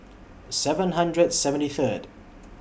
seven hundred seventy Third